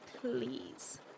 please